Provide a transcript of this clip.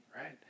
right